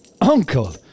Uncle